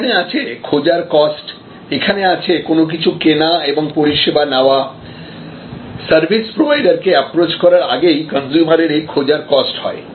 এখানে আছে খোজার কস্ট এখানে আছে কোন কিছু কেনা এবং পরিষেবা নেওয়া সার্ভিস প্রোভাইডার কে অ্যাপ্রচ করার আগেই কনজ্যুমারের এই খোজার কস্ট হয়